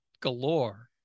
galore